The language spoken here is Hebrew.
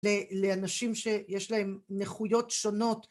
לאנשים שיש להם נכויות שונות